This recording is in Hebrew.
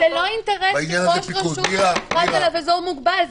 זה לא אינטרס של ראש רשות שיוכרז עליו אזור מוגבל,